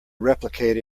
replicate